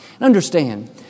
Understand